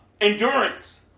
endurance